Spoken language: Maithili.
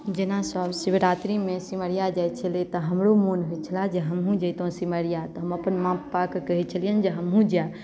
जेना सभ शिवरात्रिमे सिमरिया जाइत छलै तऽ हमरो मोन होइत छले जे हमहूँ जैतहुँ सिमरिया तऽ हम अपन माँ पापाकेँ कहैत छलियनि हमहुँ जायब